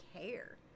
care